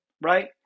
right